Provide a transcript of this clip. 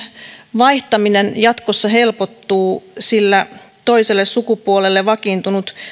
vaihtaminen jatkossa helpottuu sillä toiselle sukupuolelle vakiintunut